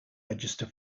register